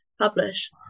publish